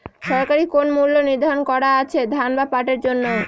সরকারি কোন মূল্য নিধারন করা আছে ধান বা পাটের জন্য?